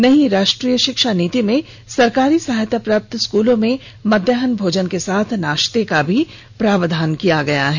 नई राष्ट्रीय शिक्षा नीति में सरकारी सहायता प्राप्त स्कूलों में मध्याहन भोजन के साथ नाश्ते का भी प्रावधान किया गया है